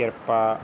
ਕਿਰਪਾ